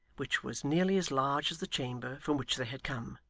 which was nearly as large as the chamber from which they had come,